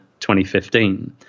2015